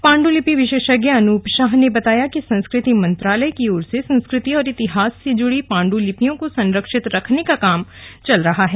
पांडुलिपि विशेषज्ञ अनूप शाह ने बताया कि संस्कृति मंत्रालय की ओर से संस्कृति और इतिहास से जुड़ी पांडुलिपियों को संरक्षित रखने का काम चल रहा है